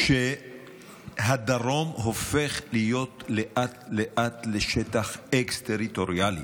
שהדרום הופך להיות לאט-לאט לשטח אקסטריטוריאלי.